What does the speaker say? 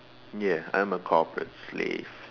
ya I'm a corporate slave